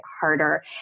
harder